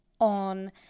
on